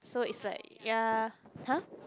so it's like ya !huh!